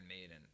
Maiden